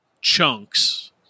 Chunks